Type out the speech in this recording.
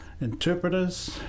interpreters